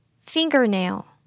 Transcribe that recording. Fingernail